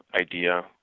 idea